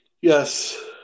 Yes